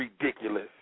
ridiculous